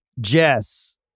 Jess